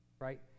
Right